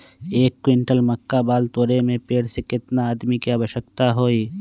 एक क्विंटल मक्का बाल तोरे में पेड़ से केतना आदमी के आवश्कता होई?